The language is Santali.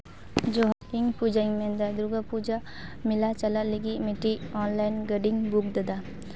ᱡᱚᱦᱟᱨ ᱤᱧ ᱯᱩᱡᱟᱧ ᱢᱮᱱᱫᱟ ᱫᱩᱨᱜᱟ ᱯᱩᱡᱟᱹ ᱢᱮᱞᱟ ᱪᱟᱞᱟᱜ ᱞᱟᱹᱜᱤᱫ ᱢᱤᱫᱴᱤᱡ ᱚᱱᱞᱟᱭᱤᱱ ᱜᱟᱹᱰᱤᱧ ᱵᱩᱠ ᱞᱮᱫᱟ